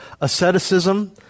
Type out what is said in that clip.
asceticism